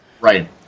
Right